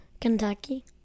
Kentucky